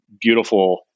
beautiful